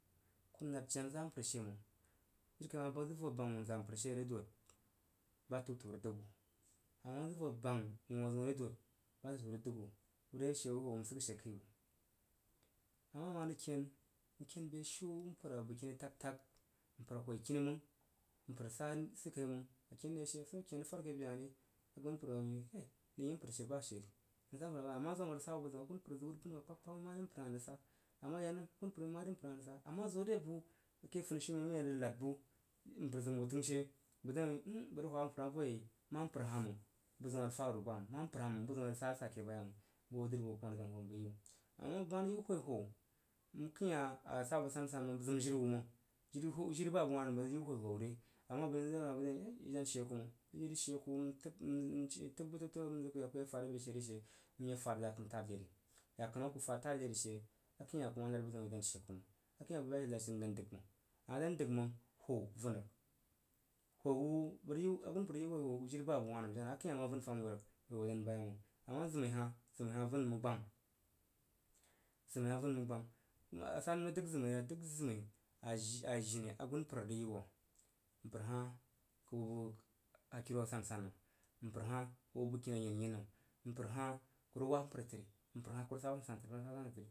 Ku nad jena za’a mpər she məng jiri kai məng a bəi zig vo bang wunza mpər she re dodi ba fəu fəu rig dəg wu a ma zig vo bang wun zəun re dod sa təu təu rig dəg wu be a she yei wun rig sigh she kəiwu a ma, a ma rig ken n ken beshiu mpər abəgkini tag fag, mpər whoi kini məng, mpər sa sis kai məng aken rig ya she swo aken rig fad ke be hah ri agunpər wui kai nəng yi mpər she bashe janaza wubbaha a ma zim abəg rig sa wu buzəun asunpər ziu rig vuri apa kapag kpag wuin ma dri mpər hah nən sai ama yak nəm asunpər wui ma dri mpər nəng sa. A ma zəu de bu aku funishiumen wʊn a rig nad bu mpər zim zim u təng she bəg dang wui m! Bəg rig hwa mpər hah voyei ma mpər hah buzəun arig faru məng, ma mpər hah məng bu zəun a rig sa’asa ba məng bəg hwo dri kun azong n zig yi wu. a ma bəg ma yi wu hwou hwou a kəin hah a sa bəg sansan məng bəg zim jiri wu məng, jiri ba abəg wah nəm bəg rig yi wu hwo hwo ve a ma bəi ri wamb bəim! Bəg she ku məng iris she ku m təb bu təb təb h zəg ku ya bo she ku ye fad yakənu tad yer i. Yakənu aku fad tad ye ri she akəin hah ku ma rig nad buzaun i den she kuməng akəin bu ku rig nad she ku don dəg məng a ma dan dəg məng. Hwo, zim hwo wu bəg rig yi osun pər ri yi hwohwoshe jiri ba abəg wah nəm jenah akəin hah ma vun fam wurig hud wu dan bayei məng. A ma, zim hah zim hah zim ariyiri bam a sa ne ri rig dəg zim re? A dəg zim!, a jini a jinni a gunpər rig yi wo’a mpər hah ku bəg hakiro a sansan nəm mpər hah ku bəg bəgkini ayenyen nəm, mpər hah ku rig wab mpər təri, mpər hah ku rig sa a san san təri.